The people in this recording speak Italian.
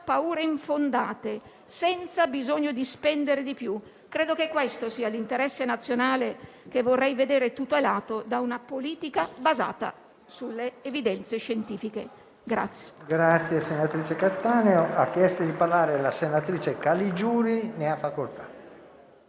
paure infondate, senza bisogno di spendere di più. Questo è l'interesse nazionale che vorrei vedere tutelato da una politica basata sulle evidenze scientifiche.